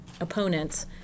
opponents